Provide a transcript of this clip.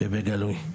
ובגלוי.